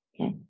Okay